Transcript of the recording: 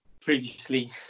previously